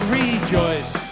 rejoice